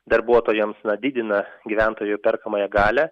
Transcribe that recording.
darbuotojams didina gyventojų perkamąją galią